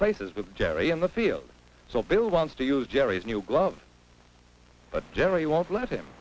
places with jerry in the field so bill wants to use jerry's new glove but generally won't let